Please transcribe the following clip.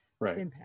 Right